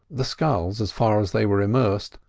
the sculls, as far as they were immersed,